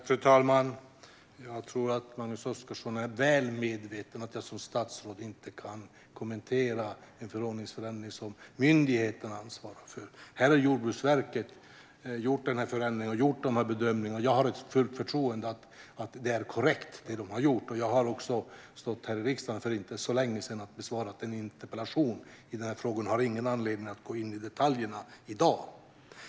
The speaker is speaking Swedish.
Fru talman! Jag tror att Magnus Oscarsson är väl medveten om att jag som statsråd inte kan kommentera en förordningsförändring som myndigheten ansvarar för. Jordbruksverket har gjort denna förändring och gjort dessa bedömningar, och jag har fullt förtroende för att det som de har gjort är korrekt. Jag har också stått här i riksdagen för inte så länge sedan och besvarat en interpellation om denna fråga, och jag har ingen anledning att gå in på detaljerna i dag.